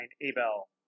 Abel